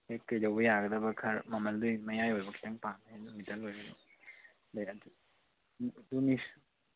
ꯍꯦꯛ ꯀꯩꯗꯧꯕ ꯌꯥꯒꯗꯕ ꯈꯔ ꯃꯃꯜꯗꯨ ꯃꯌꯥꯏ ꯑꯣꯏꯕ ꯈꯤꯇꯪ ꯄꯥꯝꯃꯦ